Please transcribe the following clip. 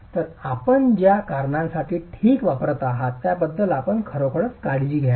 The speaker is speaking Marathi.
तर आपण ज्या कारणासाठी ठीक वापरत आहात त्याबद्दल आपण खरोखर काळजी घ्याल